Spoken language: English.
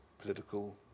political